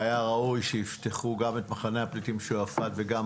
היה ראוי שיפתחו גם מחנה הפליטים שועפט וגם